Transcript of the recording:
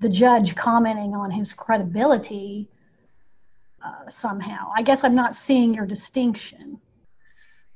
the judge commenting on his credibility somehow i guess i'm not seeing her distinction